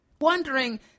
wondering